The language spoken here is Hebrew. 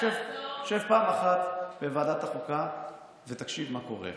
שב פעם אחת בוועדת החוקה ותקשיב מה קורה.